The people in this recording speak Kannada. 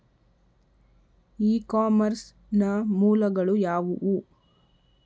ಇ ಕಾಮರ್ಸ್ ನ ಮೂಲಗಳು ಯಾವುವು?